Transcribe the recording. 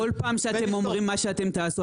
כל פעם שאתם אומרים משהו שאתם תעשו